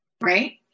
right